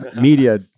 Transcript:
media